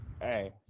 Hey